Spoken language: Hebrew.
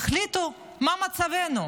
תחליטו מה מצבנו.